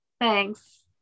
Thanks